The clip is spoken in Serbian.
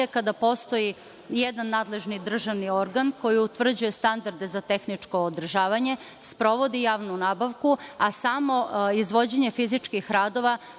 kada postoji jedan nadležni državni organ koji utvrđuje standarde za tehničko održavanje, sprovodi javnu nabavku, a samo izvođenje fizičkih radova